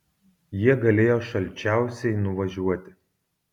jie galėjo šalčiausiai nuvažiuoti